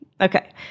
Okay